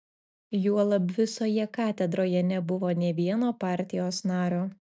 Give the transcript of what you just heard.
juolab visoje katedroje nebuvo nė vieno partijos nario